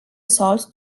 sold